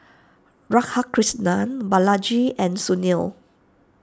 Radhakrishnan Balaji and Sunil